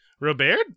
Robert